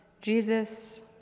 Jesus